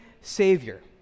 Savior